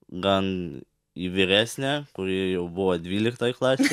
gan į vyresnę kuri jau buvo dvyliktoj klasėj